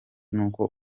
n’uko